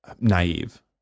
naive